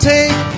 Take